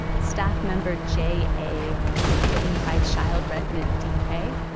staff member j a. was bitten by child resident d k.